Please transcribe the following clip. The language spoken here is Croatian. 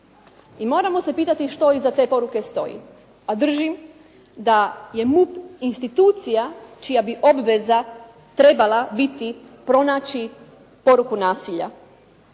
i moramo se pitati što iza te poruke stoji, a držim da je MUP institucija čija bi obveza trebala biti pronaći poruku nasilja.